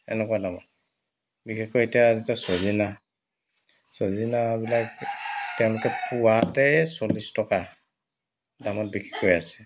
এনেকুৱা দামত বিশেষকৈ এতিয়া চজিনা চজিনাবিলাক তেওঁলোকে পোৱাতে চল্লিছ টকা দামত বিক্ৰী কৰি আছে